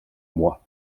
moi